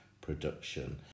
production